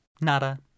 nada